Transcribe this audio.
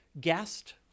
guest